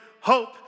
hope